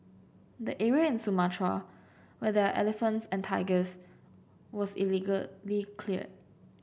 the area in Sumatra where there elephants and tigers was illegally clear